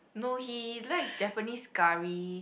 no he likes Japanese curry